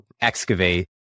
excavate